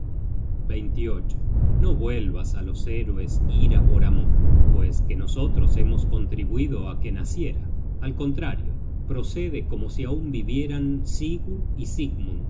at no vuelvas á los héroes ira por amor pues que nosotros hemos contribuido á que naciera al contrario procede como si aun vivieran sigurd y sigmund